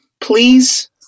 please